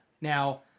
Now